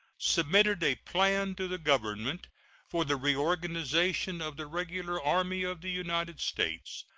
submitted a plan to the government for the reorganization of the regular army of the united states,